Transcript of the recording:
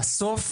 בסוף,